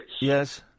Yes